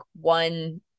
one